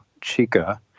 chica